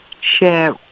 share